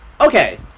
okay